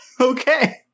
Okay